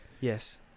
Yes